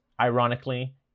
ironically